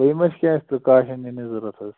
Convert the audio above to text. بیٚیہ ما چھُ کینٛہہ پِرٛکاشَن نِنٕچ ضروٗرت حظ